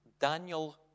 Daniel